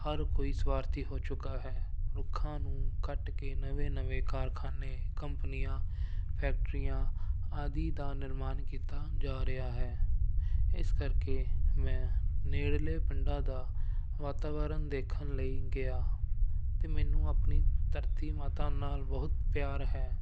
ਹਰ ਕੋਈ ਸਵਾਰਥੀ ਹੋ ਚੁੱਕਾ ਹੈ ਰੁੱਖਾਂ ਨੂੰ ਕੱਟ ਕੇ ਨਵੇਂ ਨਵੇਂ ਕਾਰਖਾਨੇ ਕੰਪਨੀਆਂ ਫੈਕਟਰੀਆਂ ਆਦਿ ਦਾ ਨਿਰਮਾਣ ਕੀਤਾ ਜਾ ਰਿਹਾ ਹੈ ਇਸ ਕਰਕੇ ਮੈਂ ਨੇੜਲੇ ਪਿੰਡਾਂ ਦਾ ਵਾਤਾਵਰਨ ਦੇਖਣ ਲਈ ਗਿਆ ਅਤੇ ਮੈਨੂੰ ਆਪਣੀ ਧਰਤੀ ਮਾਤਾ ਨਾਲ ਬਹੁਤ ਪਿਆਰ ਹੈ